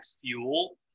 fuel